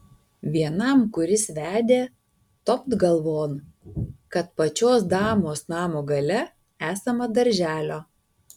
vienam kuris vedė topt galvon kad pačios damos namo gale esama darželio